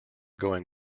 going